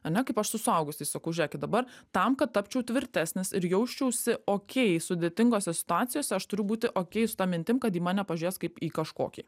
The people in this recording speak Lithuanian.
ane kaip aš su suaugusiais sakau žiūrėkit dabar tam kad tapčiau tvirtesnis ir jausčiausi okei sudėtingose situacijose aš turiu būti okei su ta mintim kad į mane pažiūrės kaip į kažkokį